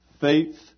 faith